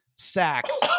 sacks